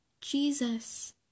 Jesus